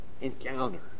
encounter